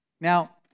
Now